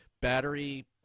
battery